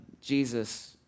Jesus